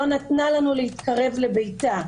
לא נתנו לנו להתקרב לביתה.